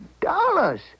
dollars